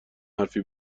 حرفی